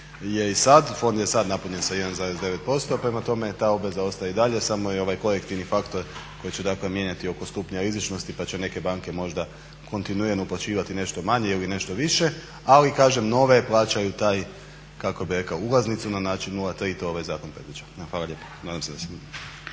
je i sad. Fond je sad napunio sa 1,9%, prema tome ta obveza ostaje i dalje, samo je ovaj korektivni faktor koji će dakle mijenjati oko stupnja rizičnosti pa će neke banke možda kontinuirano uplaćivati nešto manje ili nešto više, ali kažem nove plaćaju tu kako bih rekao ulaznicu na način … to ovaj zakon predviđa. Hvala lijepo. Nadam se da sam